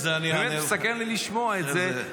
מסקרן לי לשמוע את זה,